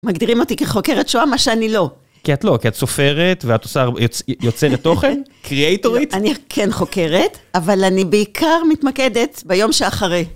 מגדירים אותי כחוקרת שואה, מה שאני לא. כי את לא, כי את סופרת, ואת יוצא לתוכן קריאטורית. אני כן חוקרת, אבל אני בעיקר מתמקדת ביום שאחרי.